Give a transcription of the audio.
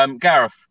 Gareth